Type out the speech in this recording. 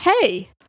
hey